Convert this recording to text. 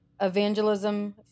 evangelism